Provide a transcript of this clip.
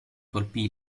colpì